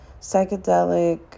psychedelic